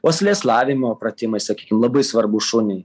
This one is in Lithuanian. uoslės lavinimo pratimai sakykim labai svarbūs šuniui